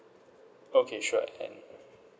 okay sure and